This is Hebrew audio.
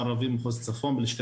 אבל אין